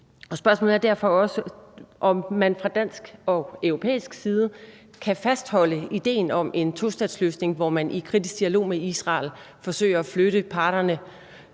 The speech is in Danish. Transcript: spørgsmålet er derfor også, om man fra dansk og europæisk side kan fastholde idéen om en tostatsløsning, hvor man i kritisk dialog med Israel forsøger at flytte parterne